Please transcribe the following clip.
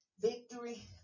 victory